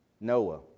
Noah